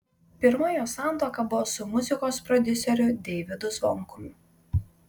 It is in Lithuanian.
pirma jos santuoka buvo su muzikos prodiuseriu deivydu zvonkum